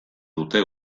dute